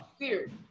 weird